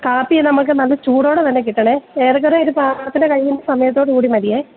കാപ്പി നമ്മക്ക് നല്ല ചൂടോടെ തന്നെ കിട്ടണേ ഏറെക്കുറെയിത് പ്രാർത്ഥന കഴിയുന്ന സമയത്തോട് കൂടി മതിയെ